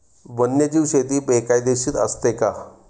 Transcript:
वन्यजीव शेती बेकायदेशीर असते का?